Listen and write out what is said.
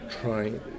trying